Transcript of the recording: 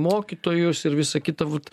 mokytojus ir visa kita vat